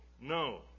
No